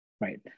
Right